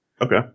Okay